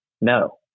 No